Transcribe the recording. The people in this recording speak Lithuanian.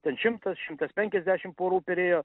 ten šimtas šimtas penkiasdešimt porų perėjo